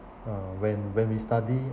uh when when we study